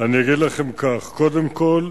אני אגיד לכם כך: קודם כול,